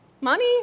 Money